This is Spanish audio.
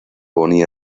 pony